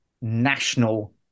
national